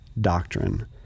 doctrine